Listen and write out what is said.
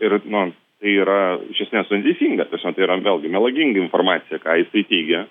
ir nu tai yra iš esmės neteisinga ta prasme tai yra vėlgi melaginga informacija ką jisai teigia